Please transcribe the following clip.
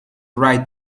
write